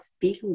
feel